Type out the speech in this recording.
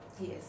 Yes